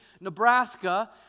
Nebraska